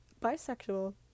bisexual